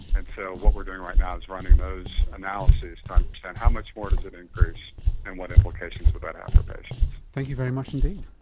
and so what we are doing right now is running those analyses, trying to understand how much more does it increase and what implications would that have for patients. thank you very much indeed.